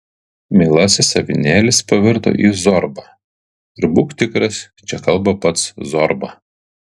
mielasis avinėlis pavirto į zorbą ir būk tikras čia kalba pats zorba